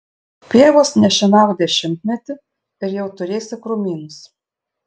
pievos nešienauk dešimtmetį ir jau turėsi krūmynus